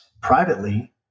privately